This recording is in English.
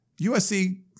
USC